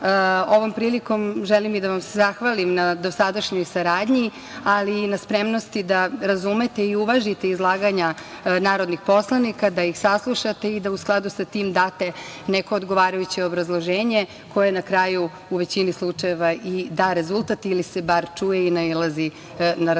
Ovom prilikom želim i da vam se zahvalim na dosadašnjoj saradnji, ali i na spremnosti da razumete i uvažite izlaganja narodnih poslanika, da ih saslušate i da u skladu sa tim date neko odgovarajuće obrazloženje koje na kraju, u većini slučajeva, i da rezultat ili se bar čuje i nailazi na razumevanje.